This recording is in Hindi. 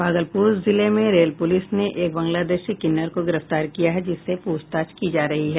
भागलपुर जिले में रेल पुलिस ने एक बांग्लादेशी किन्नर को गिरफ्तार किया है जिससे पूछताछ की जा रही है